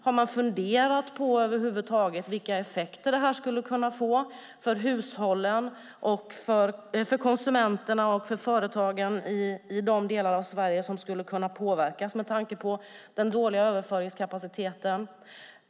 Har man funderat på vilka effekter detta skulle kunna få för hushållen, konsumenterna och företagen i de delar av Sverige som skulle kunna påverkas med tanke på den dåliga överföringskapaciteten?